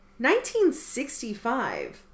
1965